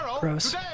Gross